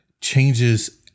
changes